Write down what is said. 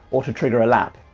or to trigger a lap.